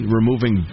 removing